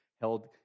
held